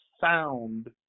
sound